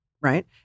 Right